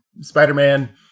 Spider-Man